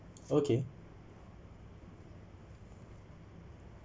okay